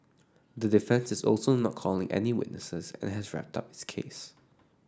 the defence is also not calling any witnesses and has wrapped up its case